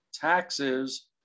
taxes